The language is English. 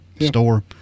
store